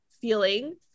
feeling